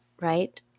Right